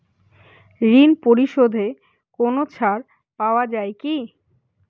ঋণ পরিশধে কোনো ছাড় পাওয়া যায় কি?